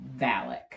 Valak